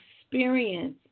experience